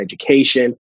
education